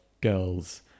girls